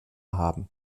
haben